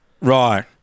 Right